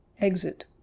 Exit